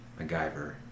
MacGyver